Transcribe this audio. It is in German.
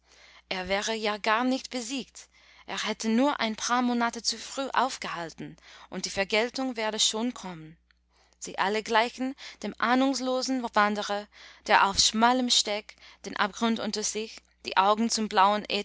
er wäre ja gar nicht besiegt er hätte nur ein paar monate zu früh aufgehalten und die vergeltung werde schon kommen sie alle gleichen dem ahnungslosen wanderer der auf schmalem steg den abgrund unter sich die augen zum blauen